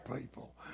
people